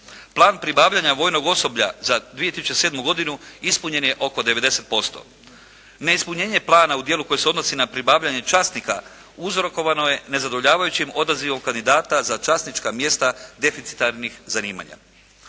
Plan pribavljanja vojnog osoblja za 2007. godinu ispunjen je oko 90%. Neispunjenje plana u dijelu koji se odnosi na pribavljanje časnika uzrokovano je nezadovoljavajućim odazivom kandidata za časnička mjesta deficitarnih zanimanja.